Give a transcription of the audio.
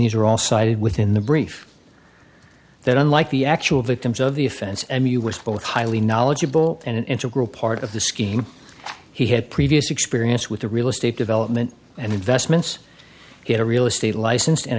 these are all cited within the brief that unlike the actual victims of the offense and you wish both highly knowledgeable and an integral part of the scheme he had previous experience with the real estate development and investments get a real estate license and